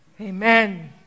Amen